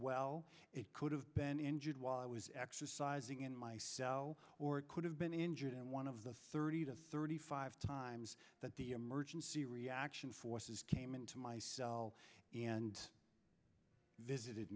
well it could have been injured while i was exercising in my cell or could have been injured and one of the thirty to thirty five times that the emergency reaction forces came into my cell and visited